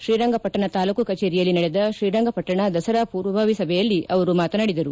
ಶ್ರೀರಂಗಪಟ್ಟಣ ತಾಲೂಕು ಕಚೇರಿಯಲ್ಲಿ ನಡೆದ ಶ್ರೀರಂಗಪಟ್ಟಣ ದಸರಾ ಪೂರ್ವಭಾವಿ ಸಭೆಯಲ್ಲಿ ಅವರು ಮಾತನಾಡಿದರು